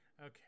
Okay